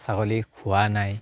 ছাগলী খোৱা নাই